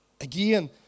Again